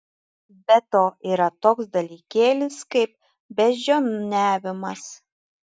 be to yra toks dalykėlis kaip beždžioniavimas